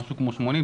משהו כמו 80%-90%.